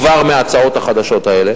כבר מההצעות החדשות האלה,